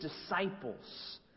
disciples